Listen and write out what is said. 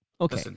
Okay